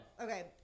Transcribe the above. okay